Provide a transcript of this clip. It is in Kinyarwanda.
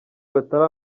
batari